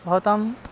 भवतां